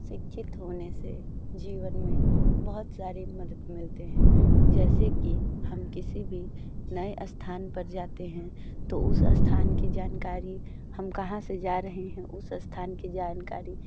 शिक्षित होने से जीवन में बहुत सारी मदद मिलते हैं जैसे कि हम किसी भी नए स्थान पर जाते हैं तो उस स्थान की जानकारी हम कहाँ से जा रहे हैं उस स्थान की जानकारी